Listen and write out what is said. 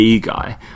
guy